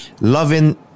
loving